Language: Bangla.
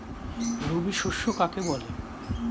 রবি শস্য কাকে বলে?